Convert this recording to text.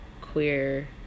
queer